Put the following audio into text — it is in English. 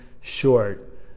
short